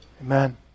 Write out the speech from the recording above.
Amen